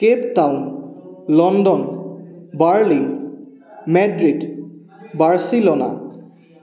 Cape Town London Berlin Madrid Barcelona